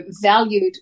valued